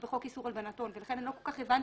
באיזון שבין הפגיעה בחופש העיסוק לבין -- למה פגיעה?